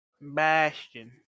Bastion